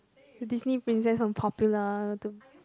Disney princess from popular to